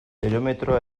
barometroa